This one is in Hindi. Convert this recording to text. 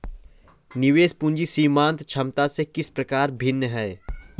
निवेश पूंजी सीमांत क्षमता से किस प्रकार भिन्न है?